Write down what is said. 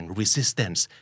resistance